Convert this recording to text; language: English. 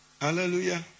Hallelujah